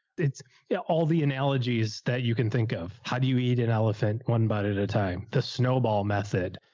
it's yeah all the analogies that you can think of. how do you eat an elephant? one bite at a time, the snowball method,